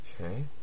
Okay